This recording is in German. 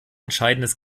entscheidendes